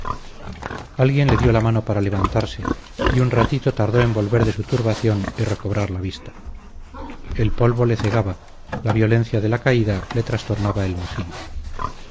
alguien le dio la mano para levantarse y un ratito tardó en volver de su turbación y recobrar la vista el polvo le cegaba la violencia de la caída le trastornaba el magín